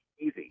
Easy